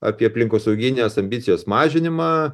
apie aplinkosauginės ambicijos mažinimą